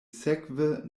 sekve